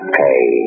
pay